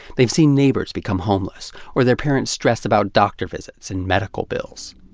they've seen neighbors become homeless, or their parents stress about doctor visits and medical bills.